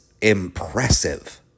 impressive